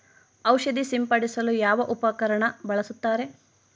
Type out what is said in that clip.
ಔಷಧಿ ಸಿಂಪಡಿಸಲು ಯಾವ ಉಪಕರಣ ಬಳಸುತ್ತಾರೆ?